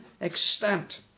extent